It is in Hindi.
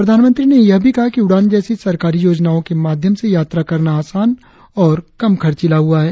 प्रधानमंत्री ने यह भी कहा कि उड़ान जैसी सरकारी योजनाओ के माध्यम से यात्रा करना आसान और कम खर्चीला हुआ है